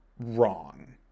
wrong